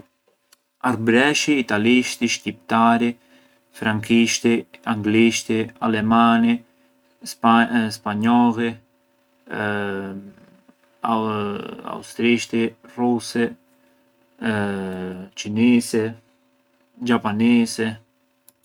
Arbëreshi, italishti, shqiptari, frankishti, anglishti, alemani, spanjolli, austrishti, rusi, çinisi, xhapanisi.